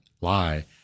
lie